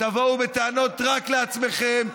תבואו בטענות רק לעצמכם,